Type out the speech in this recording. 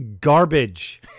garbage